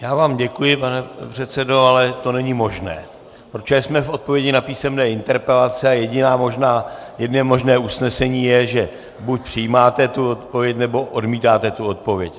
Já vám děkuji, pane předsedo, ale to není možné, protože jsme v odpovědích na písemné interpelace a jediné možné usnesení je, že buď přijímáte tu odpověď, nebo odmítáte tu odpověď.